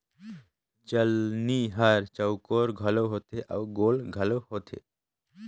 चलनी हर चउकोर घलो होथे अउ गोल घलो होथे